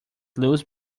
lose